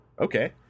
okay